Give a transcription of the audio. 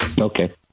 Okay